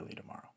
tomorrow